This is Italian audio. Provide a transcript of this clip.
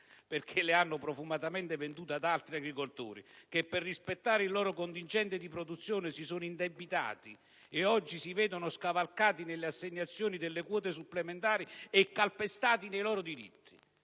perché le hanno profumatamente vendute ad altri agricoltori che, per rispettare il loro contingente di produzione, si sono indebitati e oggi si vedono scavalcati nelle assegnazioni delle quote supplementari e calpestati nei loro diritti.